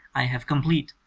i have complete,